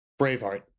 Braveheart